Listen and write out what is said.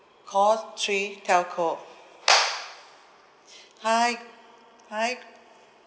call three telco hi hi